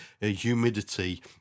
humidity